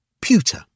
Pewter